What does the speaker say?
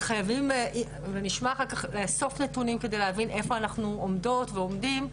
אז חייבים לאסוף נתונים כדי להבין איפה אנחנו עומדות ועומדים,